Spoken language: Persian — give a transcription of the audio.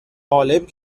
غالب